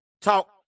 talk